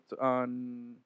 on